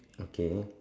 okay